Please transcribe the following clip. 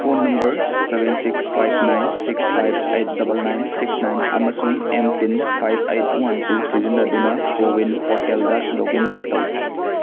phone number seven six five nine six five eight double nine six nine ꯑꯃꯁꯨꯡ M PIN five eight one two ꯁꯤꯖꯤꯟꯅꯗꯨꯅ CoWIN ꯄꯣꯔꯇꯦꯜꯗ log in ꯇꯧ